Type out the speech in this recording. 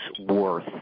worth